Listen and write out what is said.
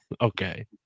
Okay